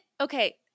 okay